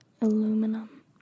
aluminum